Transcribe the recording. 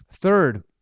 Third